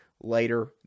later